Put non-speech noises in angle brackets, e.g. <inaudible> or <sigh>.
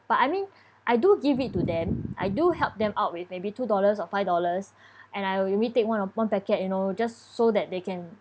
but I mean I do give it to them I do help them out with maybe two dollars or five dollars <breath> and I will only take one one packet you know just so that they can